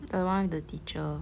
the one with the teacher